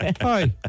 Hi